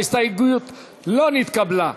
ההסתייגות לא נתקבלה.